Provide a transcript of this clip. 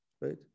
right